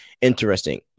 interesting